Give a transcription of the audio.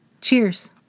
Cheers